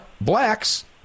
blacks